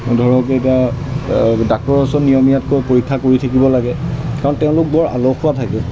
ধৰক এতিয়া ডাক্টৰৰ ওচৰত নিয়মীয়াকৈ পৰীক্ষা কৰি থাকিব লাগে কাৰণ তেওঁলোক বৰ আলসুৱা থাকে